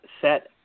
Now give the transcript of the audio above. set